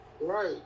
Right